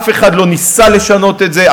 אף אחד לא ניסה לשנות את זה,